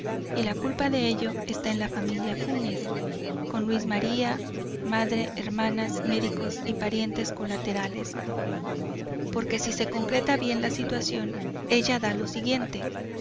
y la culpa de ello está en la familia funes con luis maría madre hermanas médicos y parientes colaterales porque si se concreta bien la situación ella da lo siguiente